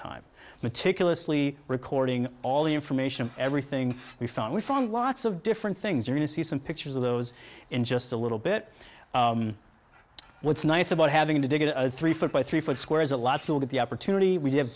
time meticulously recording all the information everything we found we found lots of different things are going to see some pictures of those in just a little bit what's nice about having to dig a three foot by three foot square is a lot to look at the opportunity we do have